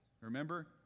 Remember